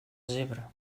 zebra